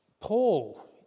Paul